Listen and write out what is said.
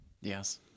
yes